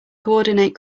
coordinate